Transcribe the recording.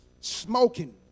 smoking